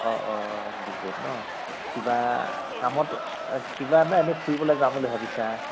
অ অ ডিগবৈত ন' কিবা কামত কিবা এনে ফুৰিবলৈ যাম বুলি ভাবিছা